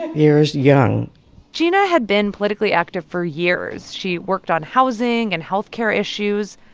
years young gina had been politically active for years. she worked on housing and health care issues.